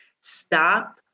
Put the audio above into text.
stop